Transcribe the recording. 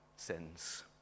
sins